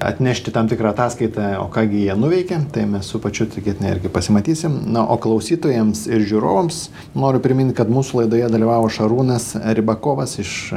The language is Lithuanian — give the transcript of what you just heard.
atnešti tam tikrą ataskaitą o ką gi jie nuveikė tai mes su pačiu tikėtina irgi pasimatysim na o klausytojams ir žiūrovams noriu primint kad mūsų laidoje dalyvavo šarūnas ribakovas iš